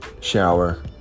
shower